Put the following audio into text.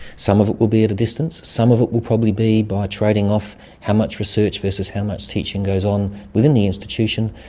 some of it will be at a distance, some of it will probably be by trading off how much research versus how much teaching goes on within the institution.